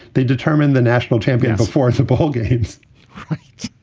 they determine the national champion fourth of bowl games right